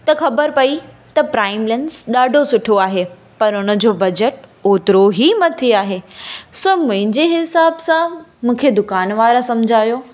त ख़बर पेई त प्राइम लेंस ॾाढो सुठो आहे पर हुनजो बजेट ओतिरो ई मथे आहे सो मुंहिंजे हिसाब सां मूंखे दुकान वारे समुझायो